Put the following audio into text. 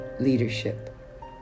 leadership